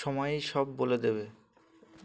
সময়ই সব বলে দেবে